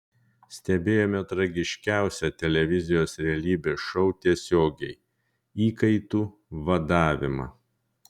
stebėjome tragiškiausią televizijos realybės šou tiesiogiai įkaitų vadavimą